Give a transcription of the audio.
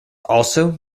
also